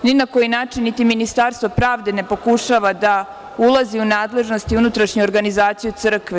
Ni na koji način niti Ministarstvo pravde ne pokušava da ulazi u nadležnosti unutrašnje organizacije Crkve.